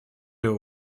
его